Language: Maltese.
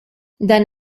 dan